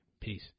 Peace